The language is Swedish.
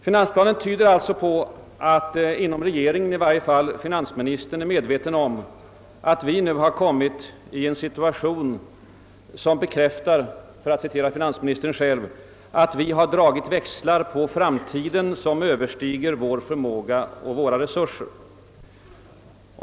Finansplanen tyder alltså på att inom regeringen i varje fall finansministern är medveten om att vi nu har kommit i en situation som bekräftar, för att citera finansministern själv, att vi har dragit »växlar på framtiden som Ööverstiger vår förmåga och våra resurser».